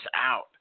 out